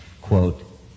quote